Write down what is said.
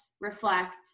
reflect